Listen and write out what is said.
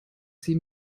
sie